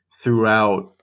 throughout